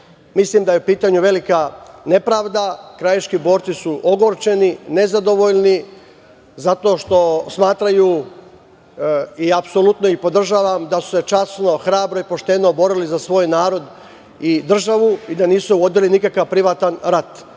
Mislim da je u pitanju velika nepravda. Krajiški borci su ogorčeni, nezadovoljni, zato što smatraju, i apsolutno ih podržavam, da su se časno, hrabro i pošteno borili za svoj narod i državu i da nisu vodili nikakav privatan rat. Ja